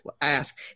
ask